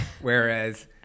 whereas